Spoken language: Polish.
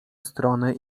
strony